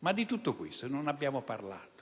Ma di tutto questo non abbiamo parlato.